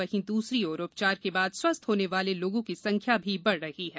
वहीं दूसरी ओर उपचार के बाद स्वस्थ होने वाले लोगों की संख्या भी बढ़ रही है